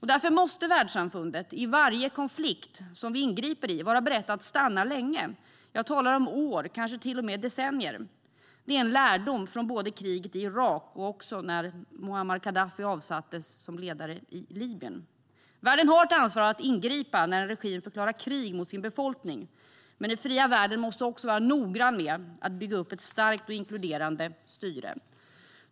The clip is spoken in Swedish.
Därför måste världssamfundet i varje konflikt som vi ingriper i vara berett att stanna länge. Jag talar om år, kanske till och med decennier. Det är en lärdom från kriget i Irak och när Muammar Gaddafi avsattes som ledare i Libyen. Världen har ett ansvar att ingripa när en regim förklarar krig mot sin befolkning, men den fria världen måste också vara noggrann med att bygga upp ett starkt och inkluderande styre.